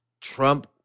Trump